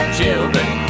children